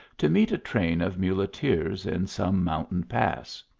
to meet a train of muleteers in some mountain pass.